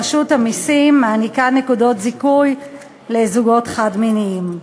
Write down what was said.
רשות המסים מעניקה נקודות זיכוי לזוגות חד-מיניים.